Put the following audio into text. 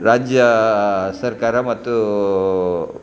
ರಾಜ್ಯ ಸರ್ಕಾರ ಮತ್ತು